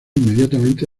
inmediatamente